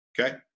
Okay